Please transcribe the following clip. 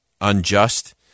unjust